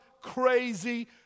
crazy